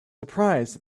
surprised